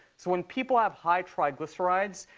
so when people have high triglycerides,